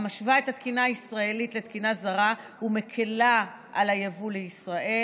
המשווה את התקינה הישראלית לתקינה זרה ומקילה על היבוא לישראל.